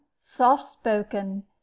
soft-spoken